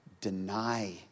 deny